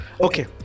Okay